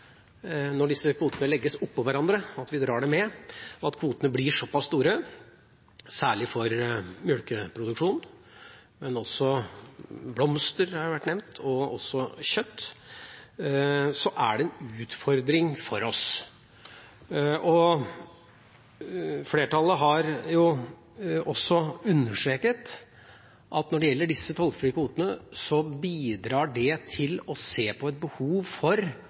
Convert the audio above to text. når disse kvotene legges oppå hverandre og vi drar dem med, at kvotene blir så store – særlig for melkeproduksjon, men også for blomster og kjøtt. Flertallet har også understreket at når det gjelder disse tollfrie kvotene, bidrar det til å se på